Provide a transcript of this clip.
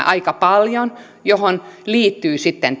aika paljon tätä virkaryhmää johon liittyy sitten